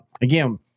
again